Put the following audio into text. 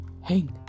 Hank